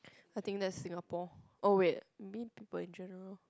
I think that's Singapore oh wait maybe people in general